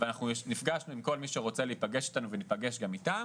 אנחנו נפגשנו עם כל מי שרצה להיפגש איתנו ואנחנו ניפגש גם איתם.